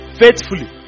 faithfully